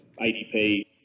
ADP